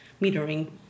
metering